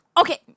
Okay